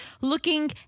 looking